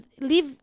live